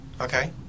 Okay